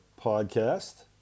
podcast